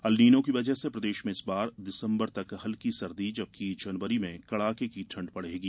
El Niño की वजह से प्रदेश में इस बार दिसंबर तक हल्की सर्दी जबकि जनवरी में कड़ाके की ठंड पड़ेगी